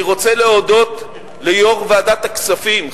אני רוצה להודות ליושב-ראש ועדת הכספים,